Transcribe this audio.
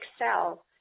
excel